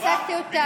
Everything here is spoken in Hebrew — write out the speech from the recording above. הם עוצרים אותי.